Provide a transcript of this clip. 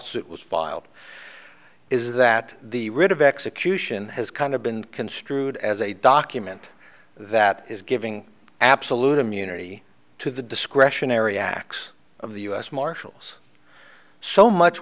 lawsuit was filed is that the rid of execution has kind of been construed as a document that is giving absolute immunity to the discretionary acts of the u s marshals so much